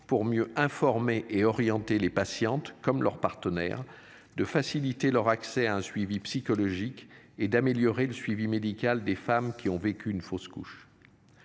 pour mieux informer et orienter les patientes comme leurs partenaires de faciliter leur accès à un suivi psychologique et d'améliorer le suivi médical des femmes qui ont vécu une fausse couche.